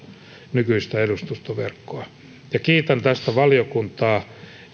nykyistä edustustoverkkoa ja kiitän valiokuntaa